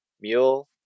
mule